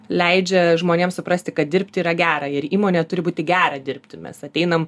leidžia žmonėm suprasti kad dirbti yra gera ir įmonėj turi būti gera dirbti mes ateinam